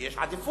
כי יש עדיפות,